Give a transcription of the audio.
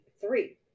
three